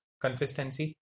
consistency